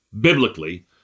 biblically